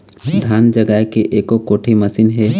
धान जगाए के एको कोठी मशीन हे?